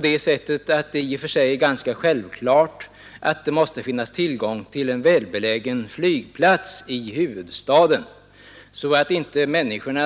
Det är i och för sig ganska självklart att det måste finnas tillgång till en välbelägen flygplats i huvudstaden, så att inte flygresenärerna